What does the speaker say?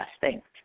Thanks